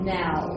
now